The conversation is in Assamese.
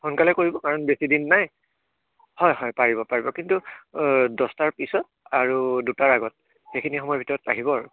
সোনকালে কৰিব কাৰণ বেছিদিন নাই হয় হয় পাৰিব পাৰিব কিন্তু দহটাৰ পিছত আৰু দুটাৰ আগত সেইখিনি সময়ৰ ভিতৰত আহিব আৰু